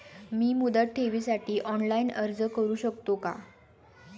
मी मुदत ठेवीसाठी ऑनलाइन अर्ज करू शकतो का?